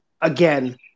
again